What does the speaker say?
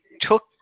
took